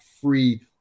free